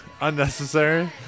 unnecessary